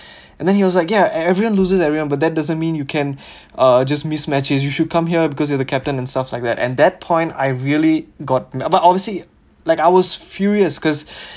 and then he was like ya everyone loses everyone but that doesn't mean you can uh just miss matches you should come here because you are the captain and stuff like that and that point I really got but obviously like I was furious because